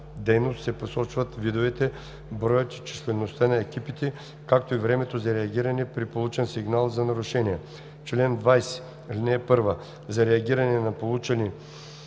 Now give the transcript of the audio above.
дейност се посочват видовете, броят и числеността на екипите, както и времето за реагиране при получен сигнал за нарушение. Чл. 20. (1) За реагиране на получени